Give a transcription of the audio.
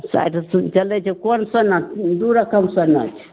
साठि रुपए चलै छै कोन सोना दू रकम सोना छै